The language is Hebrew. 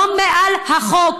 לא מעל החוק.